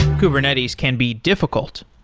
kubernetes can be difficult.